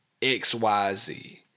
XYZ